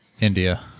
India